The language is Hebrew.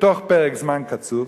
בתוך פרק זמן קצוב,